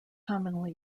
commonly